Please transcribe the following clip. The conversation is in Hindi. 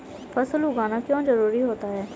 फसल उगाना क्यों जरूरी होता है?